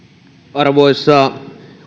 arvoisa